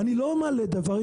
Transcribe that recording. ואני לא מעלה דבר,